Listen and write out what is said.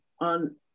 on